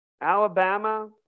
Alabama